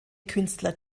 künstler